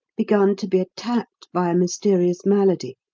begun to be attacked by a mysterious malady.